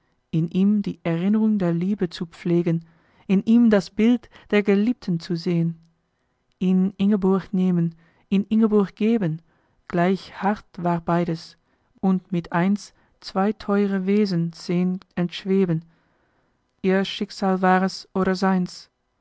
in ihm die erinnrung der liebe zu pflegen in ihm das bild der geliebten zu sehn ihn ingeborg nehmen ihn ingeborg geben gleich hart war beides und mit eins zwei theure wesen sehn entschweben ihr schicksal war es oder seins